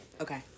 Okay